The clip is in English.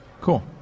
cool